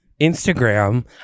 instagram